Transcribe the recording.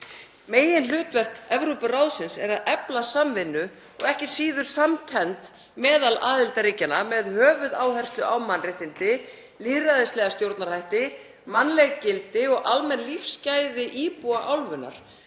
Meginhlutverk Evrópuráðsins er að efla samvinnu og ekki síður samkennd meðal aðildarríkjanna með höfuðáherslu á mannréttindi, lýðræðislega stjórnarhætti, mannleg gildi og almenn lífsgæði íbúa álfunnar,